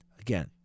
Again